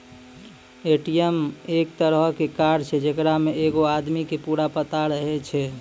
ATM एक तरहो के कार्ड छै जेकरा मे एगो आदमी के पूरा पता रहै छै